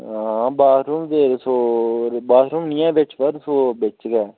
हां बाथरुम ते रसो बाथरुम निं ऐ बिच पर रसो बिच गै ऐ